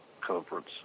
conference